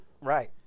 Right